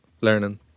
learning